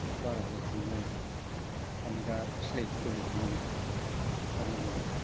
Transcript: बार' हाजारसो थांबाय आरो नै दा सिलाय खेवहैबावनांगौ दा मंगलबाराव